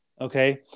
okay